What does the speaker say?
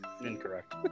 Incorrect